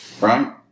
Right